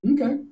Okay